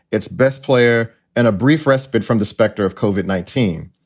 its best player and a brief respite from the specter of kovik, nineteen.